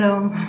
שלום.